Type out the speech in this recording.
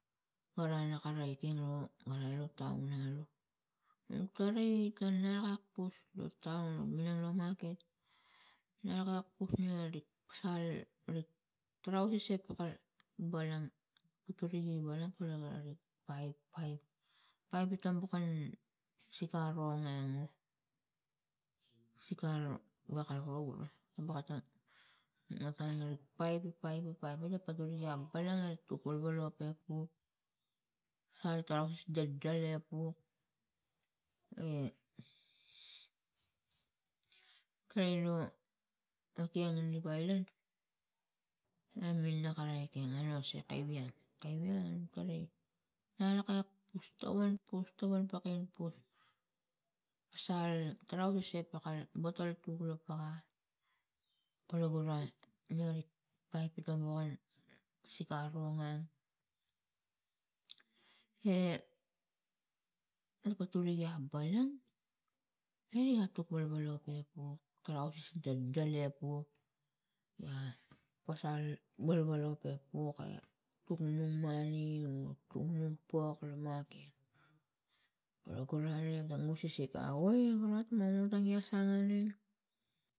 Kara na karang etang ro kara lo taun na karo nuk tarai ganak apus lo taun a minang lo maket na gak kus neri pasal rik trausisipakal balang turi gi balang turi gi balang kula garik paip paip paip pitang bugan sika ro ge nung sika aro wakal rou wakatong ngatan neri paipe paipe paip ina patur igia balang ik turgula pe pu pasal a trausis ta dalape pu e karainu notiang inu wailat na mi nakarai ekeng anu a sia kaiwia kaiwia anuk karai anokek pus tawan pus tawan pakain put pasal trausis e pakal botol puk lo paka kolu gara nerik paip itang wokan pusik aro nga e nupatur igia balang e riga tuk galgalap e pu trausis ta dalap pu naga pasal galalape pu tuk num mani o tuk num pok lo maket gora gola aneng nuk musisi tawai gara nunung tagia sang aneng.